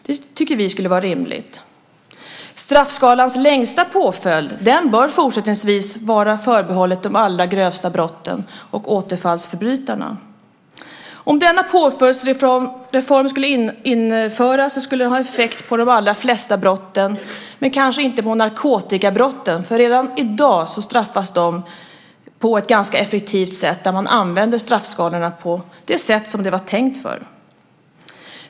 Det tycker vi skulle vara rimligt. Straffskalans längsta påföljd bör fortsättningsvis vara förbehållen de allra grövsta brotten och återfallsförbrytarna. Om denna påföljdsreform skulle införas skulle den ha effekt på de flesta brotten, men kanske inte på narkotikabrotten. Redan i dag straffas de på ett ganska effektivt sätt, där man använder straffskalorna på det sätt som de är tänkta.